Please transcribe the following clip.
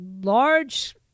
large